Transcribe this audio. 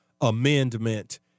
Amendment